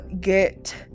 get